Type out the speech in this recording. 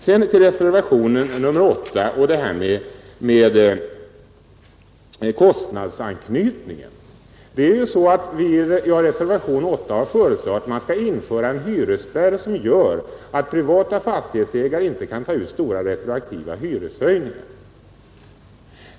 Sedan till reservationen 8 och det här med kostnadsanknytningen. Det är ju så att jag i reservationen 8 har föreslagit att man skall införa en hyresspärr som gör att privata fastighetsägare inte kan ta ut stora retroaktiva hyreshöjningar.